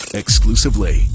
exclusively